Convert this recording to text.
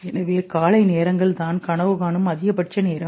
எனவே காலை நேரங்கள் தான் கனவு காணும் அதிகபட்ச நேரம்